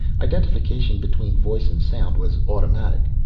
identification between voice and sound was automatic.